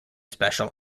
special